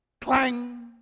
clang